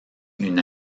une